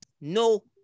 no